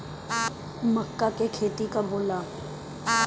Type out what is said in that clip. मक्का के खेती कब होला?